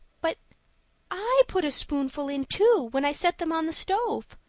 but i put a spoonful in too, when i set them on the stove,